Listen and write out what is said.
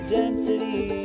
density